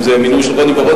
אם זה המינוי של רוני בר-און,